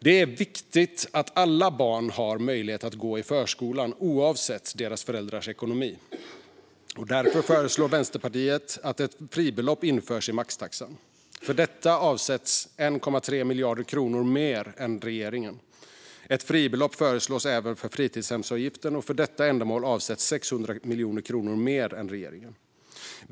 Det är viktigt att alla barn har möjlighet att gå i förskolan oavsett deras föräldrars ekonomi, och därför föreslår Vänsterpartiet att ett fribelopp införs i maxtaxan. För detta avsätts 1,3 miljarder kronor mer än regeringen gör. Ett fribelopp föreslås även för fritidshemsavgiften, och för detta ändamål avsätter vi 600 miljoner kronor mer än regeringen.